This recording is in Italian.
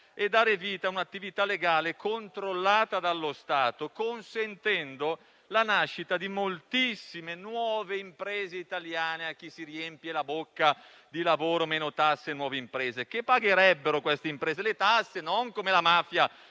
e dar vita a un'attività legale, controllata dallo Stato, consentendo la nascita di moltissime nuove imprese italiane. A chi si riempie la bocca di lavoro, meno tasse, nuove imprese, dico che queste imprese pagherebbero le tasse